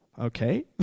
Okay